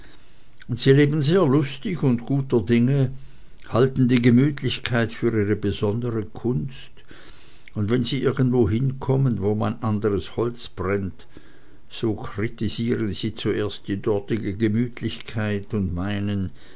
und sie leben sehr lustig und guter dinge halten die gemütlichkeit für ihre besondere kunst und wenn sie irgendwo hinkommen wo man anderes holz brennt so kritisieren sie zuerst die dortige gemütlichkeit und meinen